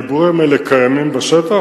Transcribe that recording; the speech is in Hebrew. הדיבורים האלה קיימים בשטח.